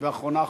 ואחרונה,